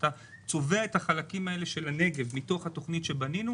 כשאתה צובע את החלקים האלה של הנגב מתוך התוכנית שבנינו,